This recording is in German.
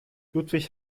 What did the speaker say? ludwig